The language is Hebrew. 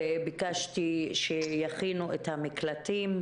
וביקשתי שיכינו את המקלטים.